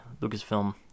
Lucasfilm